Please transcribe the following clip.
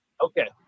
Okay